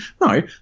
No